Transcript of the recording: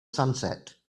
sunset